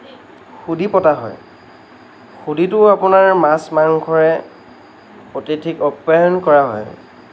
শুদ্ধি পতা হয় শুদ্ধিতো আপোনাৰ মাছ মাংসই অতিথিক আপ্য়ায়ণ কৰা হয়